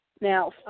Now